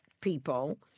people